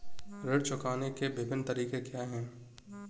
ऋण चुकाने के विभिन्न तरीके क्या हैं?